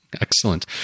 Excellent